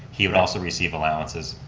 he would also receive allowances.